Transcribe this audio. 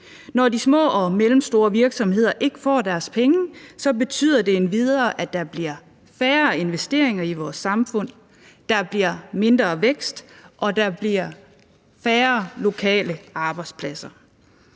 Når de små og mellemstore virksomheder ikke får deres penge, betyder det endvidere, at der bliver færre investeringer i vores samfund. Der bliver mindre vækst, og der bliver færre lokale arbejdspladser.